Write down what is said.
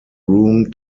room